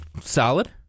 solid